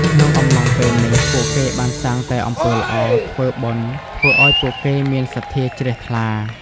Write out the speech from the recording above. ក្នុងអំឡុងពេលនេះ ពួកគេបានសាងតែអំពើល្អ ធ្វើបុណ្យ ធ្វើឲ្យពួកគេមានសន្ធាជ្រះថ្លា។